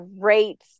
great